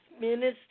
Minister